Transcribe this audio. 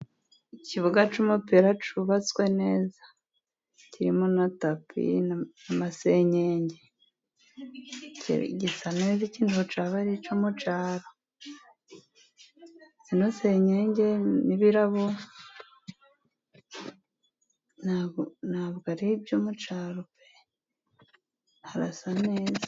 Ikibuga cy'umupira cyubatswe neza . Kirimo na tapi n'amasenyenge , gisa neza , iki ntabwo cyaba ari icyo mu cyaro. Zino senyenge n'ibirabo, ntabwo ari ibyo mu cyaro pe ! Harasa neza.